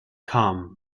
come